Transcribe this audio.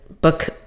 book